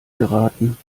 geraten